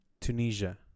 Tunisia